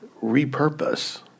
repurpose